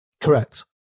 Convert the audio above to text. Correct